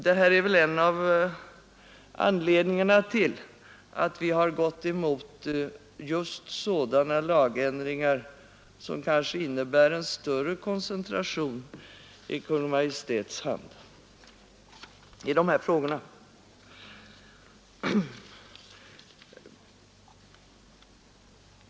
Detta är en av anledningarna till att vi har gått emot sådana lagändringar som kanske innebär en större koncentration i Kungl. Maj:ts hand när det gäller dessa frågor.